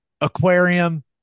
Aquarium